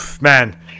man